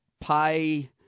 Pi